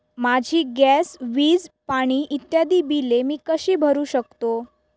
माझी गॅस, वीज, पाणी इत्यादि बिले मी कशी भरु शकतो?